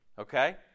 Okay